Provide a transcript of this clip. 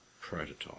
prototype